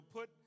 Put